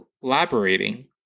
collaborating